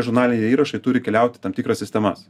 žurnaliniai įrašai turi keliaut į tam tikras sistemas